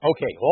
Okay